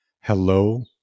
Hello